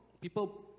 people